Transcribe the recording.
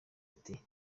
ati